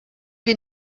wir